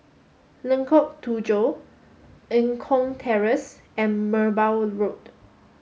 Lengkok Tujoh Eng Kong Terrace and Merbau Road